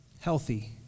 healthy